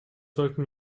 sollten